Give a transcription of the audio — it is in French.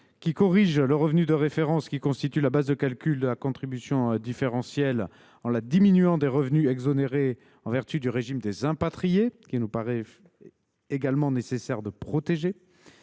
à corriger le revenu de référence, qui constitue la base de calcul de la contribution différentielle, en le diminuant des revenus exonérés en vertu du régime des impatriés. Il nous paraît nécessaire de protéger